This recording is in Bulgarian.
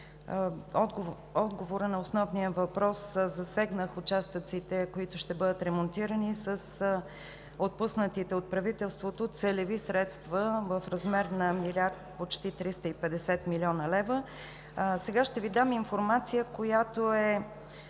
отговора на основния въпрос засегнах участъците, които ще бъдат ремонтирани с отпуснатите от правителството целеви средства в размер на почти 1 млрд. 350 млн. лв., сега ще Ви дам информация, която е